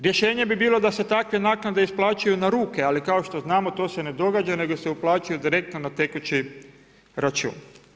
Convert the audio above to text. Rješenje bi bilo da se takve naknade isplaćuju na ruke ali kao što znamo, to se ne događa nego se uplaćuju direktno na tekući račun.